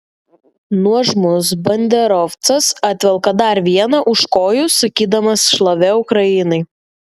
nuožmus banderovcas atvelka dar vieną už kojų sakydamas šlovė ukrainai